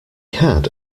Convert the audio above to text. had